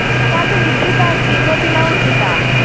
सा तु निद्रिता अस्ति इतोऽपि न उत्थिता